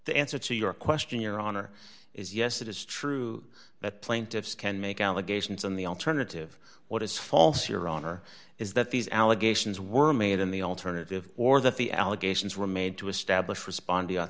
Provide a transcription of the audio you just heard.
the answer to your question your honor is yes it is true that plaintiffs can make allegations in the alternative what is false your honor is that these allegations were made in the alternative or that the allegations were made to establish responding